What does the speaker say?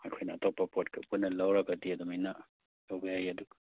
ꯑꯩꯈꯣꯏꯅ ꯑꯇꯣꯞꯄꯀ ꯄꯨꯟꯅ ꯂꯧꯔꯒꯗꯤ ꯑꯗꯨꯃꯥꯏꯅ ꯇꯧꯕ ꯌꯥꯏ ꯑꯗꯨ